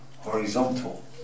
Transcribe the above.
horizontal